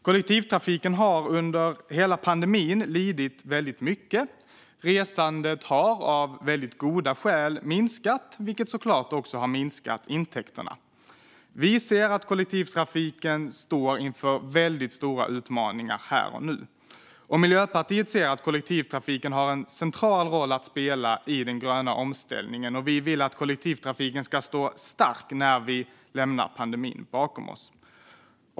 Kollektivtrafiken har under hela pandemin lidit väldigt mycket. Resandet har av goda skäl minskat, vilket såklart också har minskat intäkterna. Vi ser att kollektivtrafiken står inför väldigt stora utmaningar här och nu. Miljöpartiet ser att kollektivtrafiken har en central roll att spela i den gröna omställningen och vill att kollektivtrafiken ska stå stark när vi lämnar pandemin bakom oss.